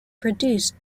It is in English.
produced